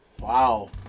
Wow